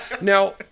Now